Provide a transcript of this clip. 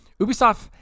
Ubisoft